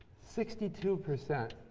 sixty two percent